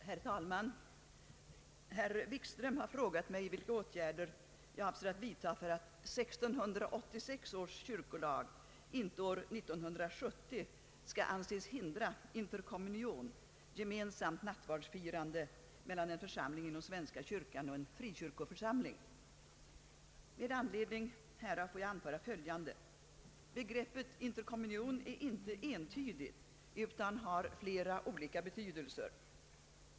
Herr talman! Herr Wikström har frågat mig vilka åtgärder jag avser vidta för att 1686 års kyrkolag inte år 1970 skall anses hindra interkommunion, gemensamt nattvardsfirande, mellan en församling inom svenska kyrkan och en frikyrkoförsamling. Med anledning härav får jag anföra följande. Begreppet interkommunion är inte entydigt utan har flera olika betydelser.